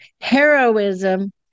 heroism